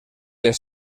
les